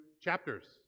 chapters